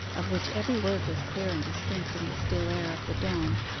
of which every word was clear and distinct, in the still air of the dawn,